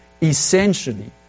essentially